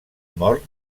mort